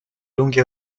lunghi